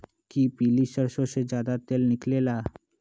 कि पीली सरसों से ज्यादा तेल निकले ला?